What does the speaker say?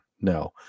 no